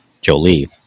Jolie